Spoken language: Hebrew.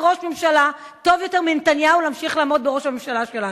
וראש ממשלה טוב יותר מנתניהו להמשיך לעמוד בראש הממשלה שלנו.